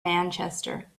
manchester